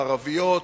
הערביות,